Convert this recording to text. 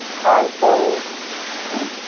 console con.